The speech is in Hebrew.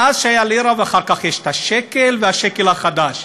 מאז שהיה לירה ואחר כך יש את השקל ואת השקל החדש,